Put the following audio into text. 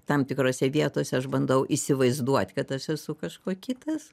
tam tikrose vietose aš bandau įsivaizduot kad aš esu kažkuo kitas